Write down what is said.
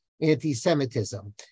anti-Semitism